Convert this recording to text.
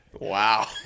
Wow